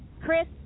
Chris